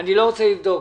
--- אני לא רוצה לבדוק.